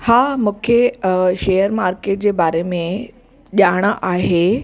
हा मूंखे share market जे बारे में ॼाण आहे